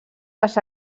les